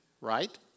right